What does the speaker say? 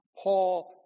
Paul